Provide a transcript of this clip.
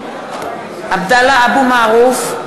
(קוראת בשמות חברי הכנסת) עבדאללה אבו מערוף,